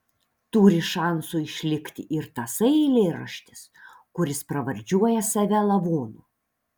turi šansų išlikti ir tasai eilėraštis kuris pravardžiuoja save lavonu